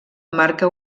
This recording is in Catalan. marca